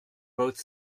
both